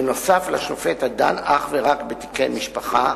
נוסף על שופט הדן אך ורק בתיקי משפחה,